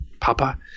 papa